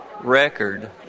record